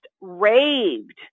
raved